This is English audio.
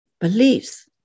beliefs